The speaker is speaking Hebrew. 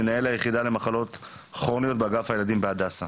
מנהל היחידה למחלות כרוניות באגף הילדים בבית החולים "הדסה".